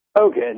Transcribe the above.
Okay